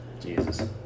Jesus